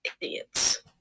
idiots